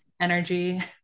energy